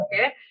okay